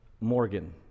Morgan